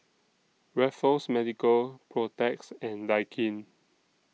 Raffles Medical Protex and Daikin